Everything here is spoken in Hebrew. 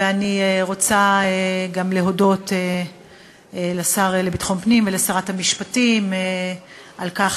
ואני רוצה גם להודות לשר לביטחון הפנים ולשרת המשפטים על כך